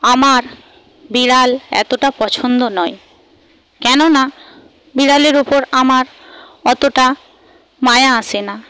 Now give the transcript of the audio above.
আমার বিড়াল এতটা পছন্দ নয় কেননা বিড়ালের ওপর আমার অতটা মায়া আসে না